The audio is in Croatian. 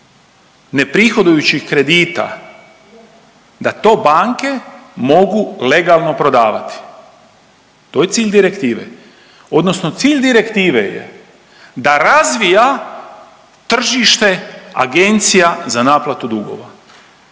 neprihodujućih kredita da to banke mogu legalno prodavati. To je cilj direktive odnosno cilj direktive je da razvija tržište agencija za naplatu dugova.